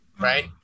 Right